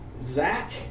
Zach